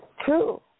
True